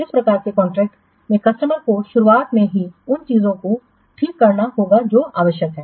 तो इस प्रकार के कॉन्ट्रैक्टस में कस्टमर को शुरुआत में ही उस चीज को ठीक करना होगा जो आवश्यकता है